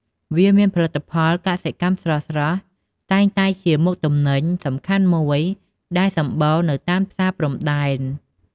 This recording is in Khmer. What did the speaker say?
វាមានផលិតផល កសិកម្មស្រស់ៗ តែងតែជាមុខទំនិញសំខាន់មួយដែលសម្បូរនៅតាមផ្សារព្រំដែន។